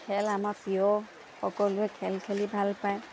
খেল আমাৰ প্ৰিয় সকলোৱে খেল খেলি ভাল পায়